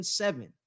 seven